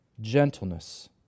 gentleness